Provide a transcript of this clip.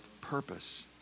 purpose